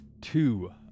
two